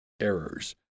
errors